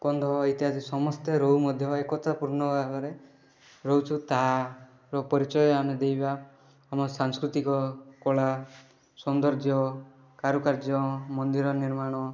କନ୍ଧ ଇତ୍ୟାଦି ସମସ୍ତେ ରହୁ ମଧ୍ୟ ଏକତାପୂର୍ଣ୍ଣ ଭାବରେ ରହୁଛୁ ତା'ର ପରିଚୟ ଆମେ ଦେବା ଆମ ସାଂସ୍କୃତିକ କଳା ସୌନ୍ଦର୍ଯ୍ୟ କାରୁକାର୍ଯ୍ୟ ମନ୍ଦିର ନିର୍ମାଣ